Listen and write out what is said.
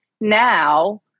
now